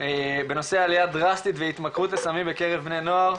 בנושא עלייה דרסטית והתמכרות לסמים בקרב בני נוער.